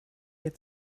dir